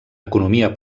economia